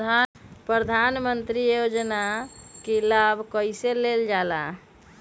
प्रधानमंत्री योजना कि लाभ कइसे लेलजाला?